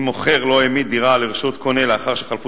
אם מוכר לא העמיד דירה לרשות קונה לאחר שחלפו